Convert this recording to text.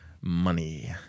money